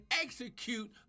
execute